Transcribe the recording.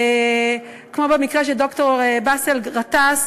כמו במקרה של ד"ר באסל גטאס,